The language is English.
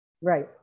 Right